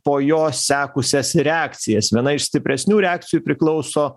po jo sekusias reakcijas viena iš stipresnių reakcijų priklauso